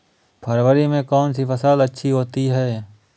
फरवरी में कौन सी फ़सल अच्छी होती है?